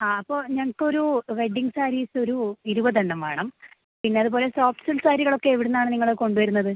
ആ അപ്പോള് ഞങ്ങള്ക്കൊരു വെഡ്ഡിംഗ് സാരീസ് ഒരു ഇരുപതെണ്ണം വേണം പിന്നെ അതുപോലെ സോഫ്റ്റ് സിൽക്ക് സാരികളൊക്കെ എവിടുന്നാണ് നിങ്ങള് കൊണ്ടുവരുന്നത്